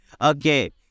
Okay